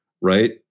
right